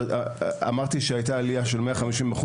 ואמרתי שהייתה עלייה של 150%,